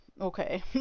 Okay